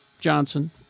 Johnson